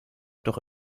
doch